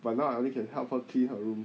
but now I only can help her clean her room